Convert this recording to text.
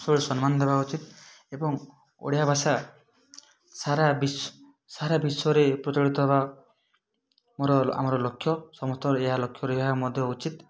ସମ୍ମାନ ଦେବା ଉଚିତ୍ ଏବଂ ଓଡ଼ିଆଭାଷା ସାରା ସାରା ବିଶ୍ୱରେ ପ୍ରଚଳିତ ହେବା ମୋର ଆମର ଲକ୍ଷ୍ୟ ସମସ୍ତର ଏହା ଲକ୍ଷ୍ୟ ରହିବା ମଧ୍ୟ ଉଚିତ୍